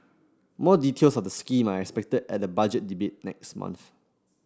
more details of the scheme are expected at the Budget Debate next month